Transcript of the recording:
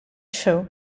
shaw